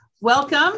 Welcome